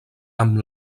amb